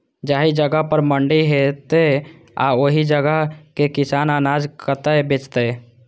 जाहि जगह पर मंडी हैते आ ओहि जगह के किसान अनाज कतय बेचते?